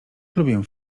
lubię